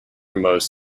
most